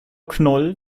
knoll